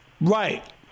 right